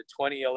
2011